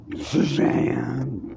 Suzanne